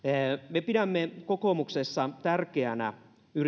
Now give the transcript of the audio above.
me pidämme kokoomuksessa tärkeänä